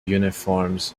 uniforms